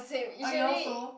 oh you also